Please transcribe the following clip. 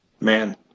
man